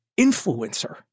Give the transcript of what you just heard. influencer